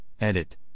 edit